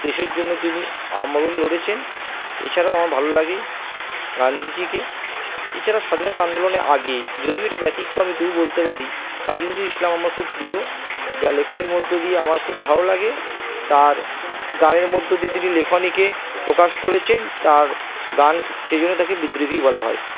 দেশের জন্য তিনি আমরণ লড়েছেন এছাড়াও আমার ভালো লাগে গান্ধীজিকে এছাড়া স্বাধীনতা আন্দোলনের আগেই যদিও এটা ব্যতিক্রমী তবুও বলতে পারি কাজী নজরুল ইসলাম আমার খুব প্রিয় যা লেখনীর মধ্য দিয়ে আমার খুব ভালো লাগে তার গানের মধ্য দিয়ে তিনি লেখনীকে প্রকাশ করেছেন তার গান সেই জন্য তাকে বিদ্রোহী বলা হয়